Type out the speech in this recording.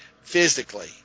physically